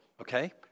okay